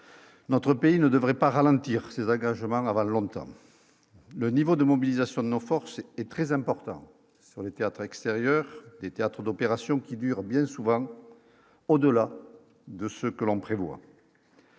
notre pays ne devrait pas ralentir ses agrège Marnaval longtemps le niveau de mobilisation de nos forces et très important sur les théâtres extérieurs des théâtres d'opérations qui durent bien souvent au-delà de ce que l'on prévoit.